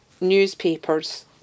newspapers